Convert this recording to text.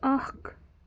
اکھ